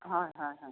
হয় হয় হয়